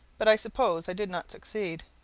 but i suppose i did not succeed.